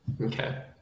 Okay